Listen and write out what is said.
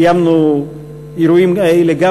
בשלוש השנים האחרונות קיימנו אירועים כאלה גם